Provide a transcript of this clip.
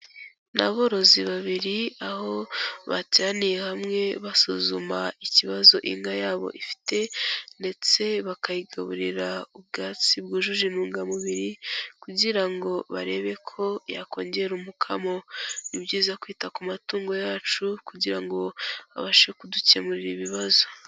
Ni aborozi babiri aho bateraniye hamwe basuzuma ikibazo inka yabo ifite ndetse bakayigaburira ubwatsi bwujuje intungamubiri kugira ngo barebe ko yakongera umukamo, ni byiza kwita ku matungo yacu kugira ngo abashe kudukemurira ibibazo.